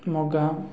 ମୋ ଗାଁ